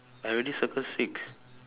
I already circle six